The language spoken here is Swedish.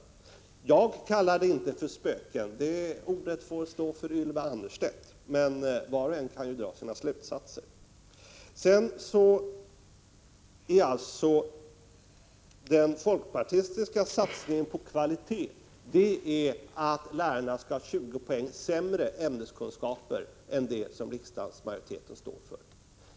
Jag kallar det inte för spöken. Det ordet får stå för Ylva Annerstedt, men var och en kan dra sina slutsatser. Den folkpartistiska satsningen på kvalitet är alltså att lärarna skall ha 20 poäng sämre ämneskunskaper än vad riksdagens majoritet står för.